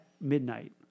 midnight